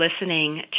listening